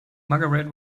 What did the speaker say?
margaret